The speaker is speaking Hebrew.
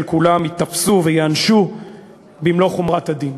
כולם ייתפסו וייענשו במלוא חומרת הדין.